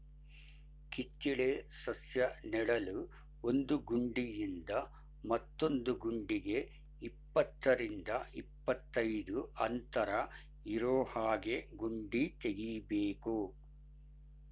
ಕಿತ್ತಳೆ ಸಸ್ಯ ನೆಡಲು ಒಂದು ಗುಂಡಿಯಿಂದ ಮತ್ತೊಂದು ಗುಂಡಿಗೆ ಇಪ್ಪತ್ತರಿಂದ ಇಪ್ಪತ್ತೈದು ಅಂತರ ಇರೋಹಾಗೆ ಗುಂಡಿ ತೆಗಿಬೇಕು